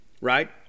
right